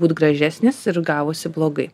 būt gražesnis ir gavosi blogai